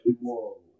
Whoa